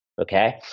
okay